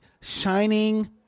shining